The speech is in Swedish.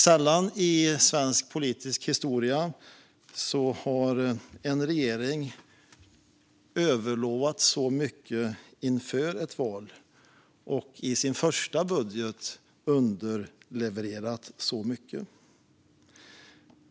Sällan i svensk politisk historia har en regering överlovat så mycket inför ett val och i sin första budget underlevererat så mycket.